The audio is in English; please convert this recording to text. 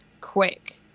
quick